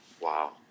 Wow